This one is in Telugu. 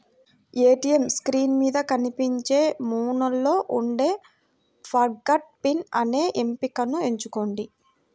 ఏటీయం స్క్రీన్ మీద కనిపించే మెనూలో ఉండే ఫర్గాట్ పిన్ అనే ఎంపికను ఎంచుకోండి